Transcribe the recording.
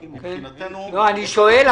סמנכ"ל הכספים ויגיד: אני רוצה להצטרף.